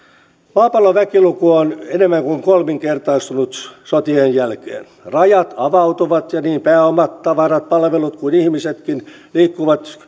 maapallon väkiluku on enemmän kuin kolminkertaistunut sotien jälkeen rajat avautuvat ja niin pääomat tavarat palvelut kuin ihmisetkin liikkuvat